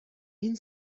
این